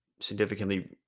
significantly